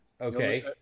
Okay